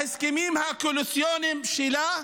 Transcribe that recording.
בהסכמים הקואליציוניים שלה,